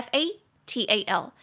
Fatal